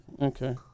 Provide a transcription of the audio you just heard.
Okay